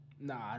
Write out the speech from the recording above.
Nah